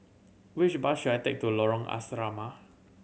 which bus should I take to Lorong Asrama